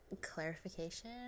clarification